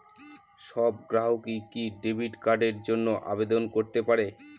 সব গ্রাহকই কি ডেবিট কার্ডের জন্য আবেদন করতে পারে?